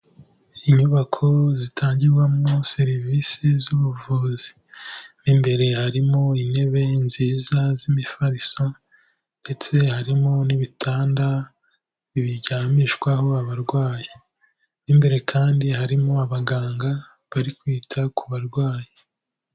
Inyubako zitangirwamo serivisi z'ubuvuzi, mu imbere harimo intebe nziza z'imifariso ndetse harimo n'ibitanda biryamishwaho abarwayi, mu imbere kandi harimo abaganga bari kwita ku barwayi.